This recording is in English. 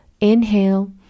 Inhale